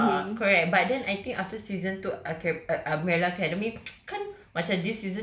rabak ah uh correct but then I think after season two aca~ ah umbrella academy kan